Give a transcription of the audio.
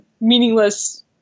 meaningless